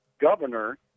governor